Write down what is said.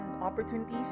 opportunities